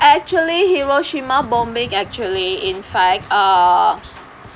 actually hiroshima bombing actually in fact uh